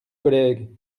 collègues